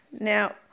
now